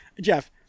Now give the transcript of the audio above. Jeff